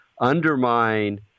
undermine